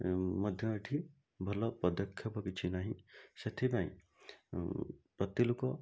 ଉଁ ମଧ୍ୟ ଏଇଠି ଭଲ ପଦକ୍ଷେପ କିଛି ନାହିଁ ସେଥିପାଇଁ ପ୍ରତି ଲୋକ